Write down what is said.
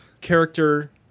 character